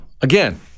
Again